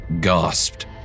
gasped